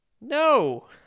no